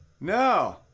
No